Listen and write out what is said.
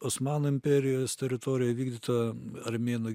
osmanų imperijos teritorijoj vykdytą armėnų